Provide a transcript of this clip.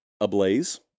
ablaze